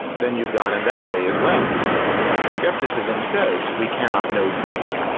then you've got him that way as well skepticism says we cannot know truth.